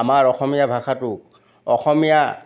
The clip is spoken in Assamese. আমাৰ অসমীয়া ভাষাটো অসমীয়া